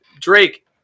Drake